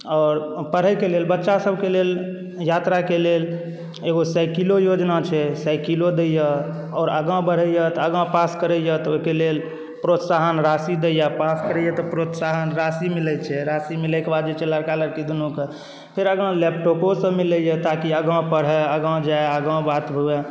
आओर पढ़यके लेल बच्चासभके लेल यात्राके लेल एगो साइकिलो योजना छै साइकिलो दैए आओर आगाँ बढ़ैए तऽ आगाँ पास करैए तऽ ओहिके लेल प्रोत्साहन राशि दैए पास करैए तऽ प्रोत्साहन राशि मिलैत छै राशि मिलैके बाद होइत छै लड़का लड़की दुनूकेँ फेर आगाँ लैपटॉपोसभ मिलैए ताकि आगाँ पढ़ए आगाँ जाए आगाँ बात हुए